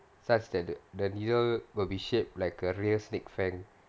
such that the needle will be shaped like a snake fang